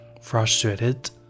frustrated